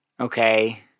Okay